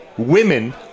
women